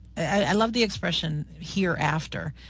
i love the expression hereafter.